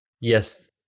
Yes